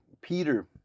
peter